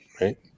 right